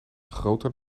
groter